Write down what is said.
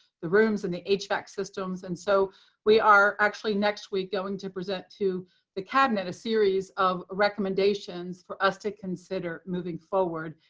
the rooms and the h-vac systems. and so we are actually, next week, going to present to the cabinet a series of recommendations for us to consider moving forward,